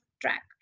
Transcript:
track